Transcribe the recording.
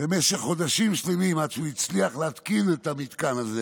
חודשים שלמים עד שהוא הצליח להתקין את המתקן הזה